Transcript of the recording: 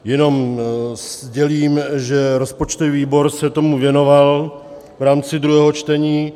Jenom sdělím, že rozpočtový výbor se tomu věnoval v rámci druhého čtení.